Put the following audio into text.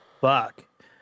fuck